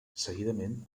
seguidament